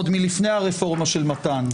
עוד לפני הרפורמה של מתן,